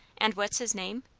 and what's his name?